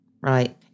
Right